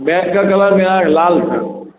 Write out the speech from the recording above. bag का colour मेरा लाल था